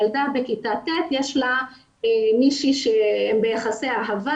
ילדה בכיתה ט' יש לה מישהו שהם ביחסי אהבה,